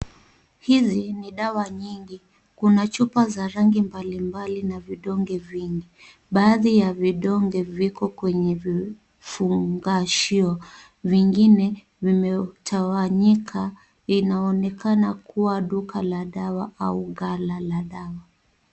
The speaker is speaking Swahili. Hizi ni dawa nyingi. Kuna chupa za rangi mbalimbali na vidonge vingi. Baadhi ya vidonge viko kwenye vifungashio, vingine vimetawanyika inaonekana kuwa duka la dawa au gala la dawa.